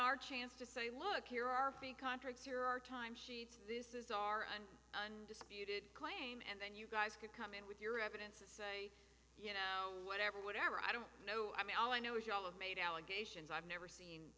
our chance to say look here are the contracts here our time sheets this is our and disputed claim and then you guys could come in with your evidence and say you know whatever whatever i don't know i mean all i know is you all have made allegations i've never seen